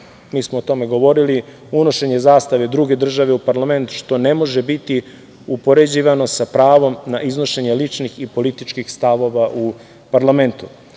mi smo o tome govorili, unošenje zastave druge države u parlament, što ne može biti upoređivano sa pravom na iznošenje ličnih i političkih stavova u parlamentu. Neki